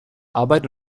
arbeit